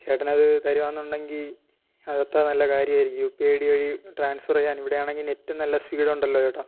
ചേട്ടൻ അത് തരുവാണെന്നുണ്ടെങ്കിൽ അത് അത്ര നല്ല കാര്യമായിരിക്കും യു പി ഐ ഡി വഴി ട്രാൻസ്ഫർ ചെയ്യാൻ ഇവിടെയാണെങ്കിൽ നെറ്റും നല്ല സ്പീഡ് ഉണ്ടല്ലോ ചേട്ടാ